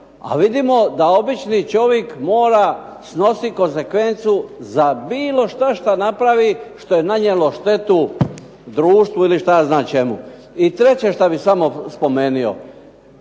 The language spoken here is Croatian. A vidimo da obični čovjek mora snositi konsekvencu za bilo što što napravi što je nanijelo štetu društvu ili što ja znam čemu. I treće što bih samo spomenuo.